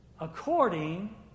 according